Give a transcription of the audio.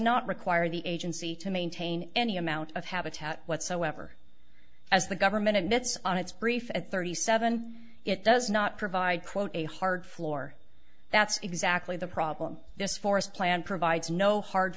not require the agency to maintain any amount of habitat whatsoever as the government admits on its brief at thirty seven it does not provide quote a hard floor that's exactly the problem this forest plan provides no hard